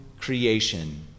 creation